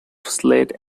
slate